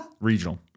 Regional